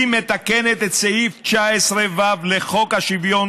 היא מתקנת את סעיף 19(ו) לחוק שוויון